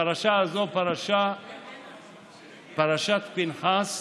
הפרשה הזאת, פרשת פינחס,